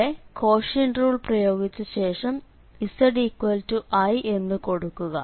ഇവിടെ quotient rule പ്രയോഗിച്ച ശേഷം zi എന്ന് കൊടുക്കുക